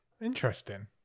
Interesting